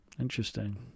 interesting